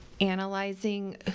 analyzing